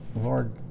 Lord